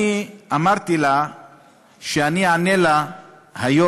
אני אמרתי לה שאני אענה לה היום,